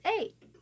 eight